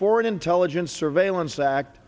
foreign intelligence service in fact